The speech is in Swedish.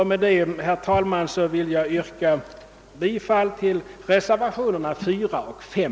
Med detta vill jag, herr talman, yrka bifall till reservationerna 4 och 5.